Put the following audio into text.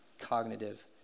cognitive